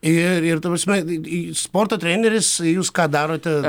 ir ir ta prasme į sporto treneris jūs ką darote